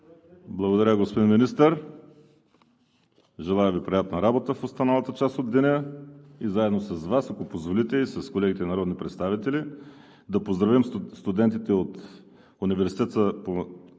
Благодаря, господин Министър. Желая Ви приятна работа в останалата част от деня! Заедно с Вас, ако позволите и с колегите народни представители, да поздравим студентите от Университета по